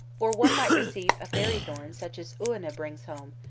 or one might receive a fairy thorn such as oonah brings home,